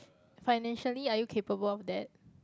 financially are you capable of that